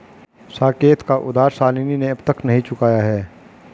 साकेत का उधार शालिनी ने अब तक नहीं चुकाया है